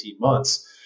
months